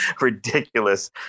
ridiculous